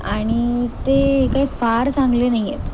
आणि ते काही फार चांगले नाही आहेत